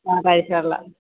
അ parish ഹാളിൽ ആണ്